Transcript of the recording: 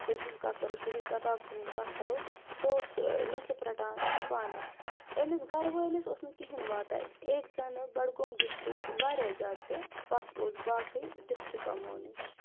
تٔمۍ سنٛز کَتھ کَرو شری پرٛتاپ سِنٛگٔنۍ کَتھ کَرو سُہ اوس نیصف رَٹان سُہ پانَس أمِس گَرٕ وٲلِس اوس نہٕ کِہیٖنۍ واتان أکۍ زَنہٕ بَڈگوم ڈِسٹرک واریاہ زیادٕ تہِ پَتھ اوس باقٕے ڈِسٹرکَمو نِش